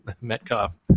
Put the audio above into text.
Metcalf